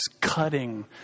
cutting